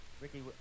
Ricky